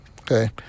Okay